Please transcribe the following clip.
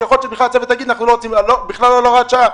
כי יכול להיות שהצוות יגיד שזה לא על הוראת שעה,